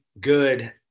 good